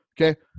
Okay